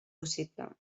possible